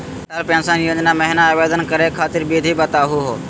Atal pension Yojana महिना आवेदन करै खातिर विधि बताहु हो?